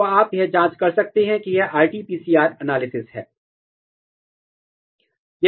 तो आप यह जाँच कर सकते हैं कि यह RT PCR एनालिसिस है